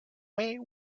way